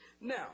Now